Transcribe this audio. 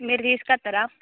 మీరు తీసుకు వస్తారా